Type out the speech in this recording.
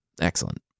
Excellent